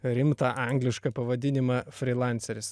rimtą anglišką pavadinimą frylanseris